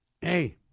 Hey